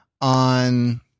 on